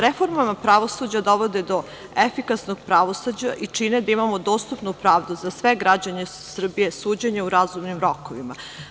Reforme pravosuđa dovode do efikasnog pravosuđa i čine da imamo dostupnu pravdu, za sve građane Srbije suđenje u razumnim rokovima.